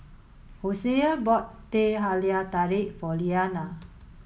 Hosea bought Teh Halia Tarik for Leanna